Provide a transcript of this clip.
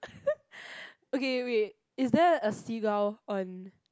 okay wait is there a seagull on